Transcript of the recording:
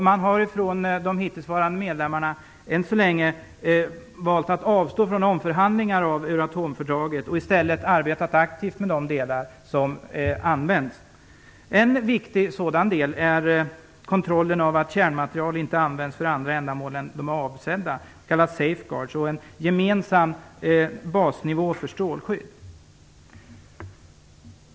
Man har från de hittillsvarande medlemmarna ännu så länge valt att avstå från omförhandlingar av Euratomfördraget, och i stället arbetat aktivt med de delar som används. En viktig sådan del är kontrollen av att kärnmaterial inte används för andra ändamål än de är avsedda för, s.k. Safeguards, och en gemensam basnivå för strålskydd.